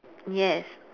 yes